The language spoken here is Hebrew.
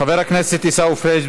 חבר הכנסת עיסאווי פריג',